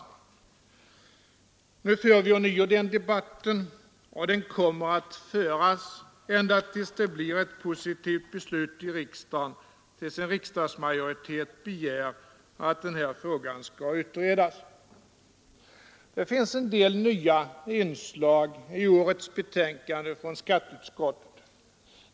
Nu för vi ånyo den debatten, och den kommer att föras ända till dess det fattas ett positivt beslut i riksdagen, till dess en riksdagsmajoritet begär att den här frågan skall utredas. Det finns en del nya inslag i årets betänkande från skatteutskottet.